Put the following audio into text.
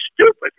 stupid